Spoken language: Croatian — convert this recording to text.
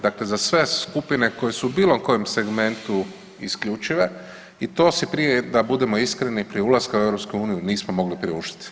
Dakle, za sve skupine koje su u bilo kojem segmentu isključive i to se prije da budemo iskreni prije ulaska u EU nismo mogli priuštiti.